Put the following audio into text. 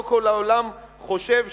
לא כל העולם חושב שישראל,